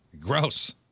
Gross